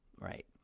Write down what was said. Right